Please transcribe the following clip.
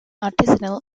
artisanal